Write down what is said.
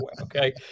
okay